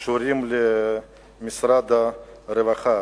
כמובן קשורים למשרד הרווחה.